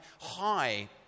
high